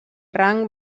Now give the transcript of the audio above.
rang